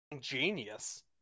genius